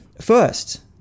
First